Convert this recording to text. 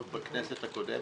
עוד בכנסת הקודמת,